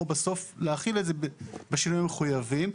או בסוף להחיל את זה בשינויים המחויבים,